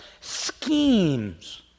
schemes